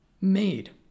made